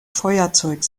feuerzeug